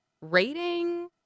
rating